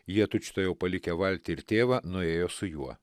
jie tučtuojau palikę valtį ir tėvą nuėjo su juo